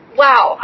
wow